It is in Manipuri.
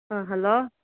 ꯑꯥ ꯍꯜꯂꯣ